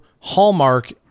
hallmark